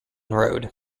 road